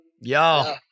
Yo